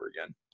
again